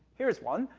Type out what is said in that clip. here's one.